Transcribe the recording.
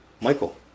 Michael